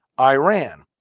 Iran